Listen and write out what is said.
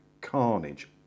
carnage